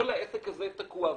כל העסק הזה תקוע.